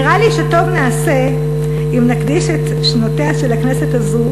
נראה לי שטוב נעשה אם נקדיש את שנותיה של הכנסת הזאת